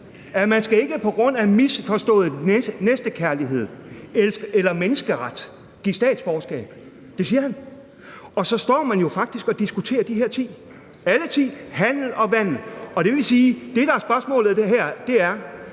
at man skal ikke på grund af misforstået næstekærlighed eller menneskeret give statsborgerskab. Det siger han. Og så står man jo faktisk og diskuterer de ti, alle ti, og deres handel og vandel. Og det vil sige, at det, der er spørgsmålet i det her,